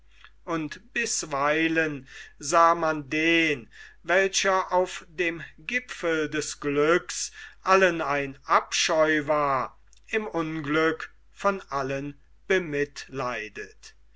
und bisweilen sah man den welcher auf dem gipfel des glücks allen ein abscheu war im unglück von allen bemitleidet